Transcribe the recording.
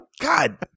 God